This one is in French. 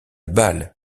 balle